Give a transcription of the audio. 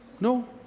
No